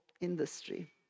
industry